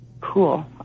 Cool